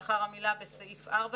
לאחר המילה "בסעיף 4",